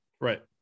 Right